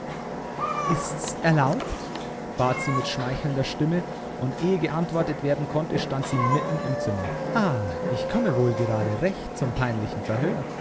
ist's erlaubt bat sie mit schmeichelnder stimme und ehe geantwortet werden konnte stand sie mitten im zimmer ah ich komme wohl gerade recht zum peinlichen verhör